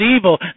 evil